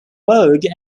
vogue